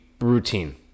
routine